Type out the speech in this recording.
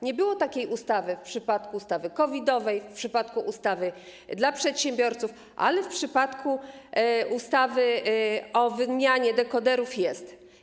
Nie było takiej ustawy w przypadku ustawy COVID-owej, w przypadku ustawy dla przedsiębiorców, ale w przypadku ustawy o wymianie dekoderów jest.